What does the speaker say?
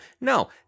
no